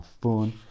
phone